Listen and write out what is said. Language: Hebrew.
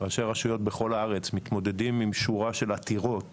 ראשי הרשויות בכל הארץ מתמודדים עם שורה של עתירות